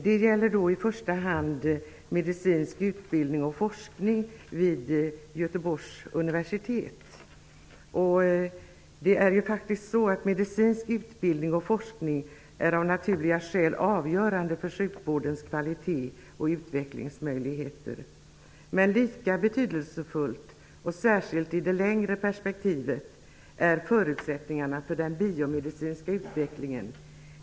Det gäller i första hand medicinsk utbildning och forskning vid Göteborgs universitet. Medicinsk utbildning och forskning är av naturliga skäl avgörande för sjukvårdens kvalitet och utvecklingsmöjligheter. Men lika betydelsefulla, särskilt i ett längre perspektiv, är förutsättningarna för den biomedicinska utvecklingen.